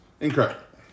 Incorrect